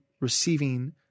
receiving